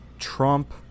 trump